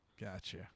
Gotcha